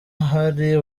hari